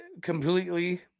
completely